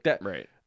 Right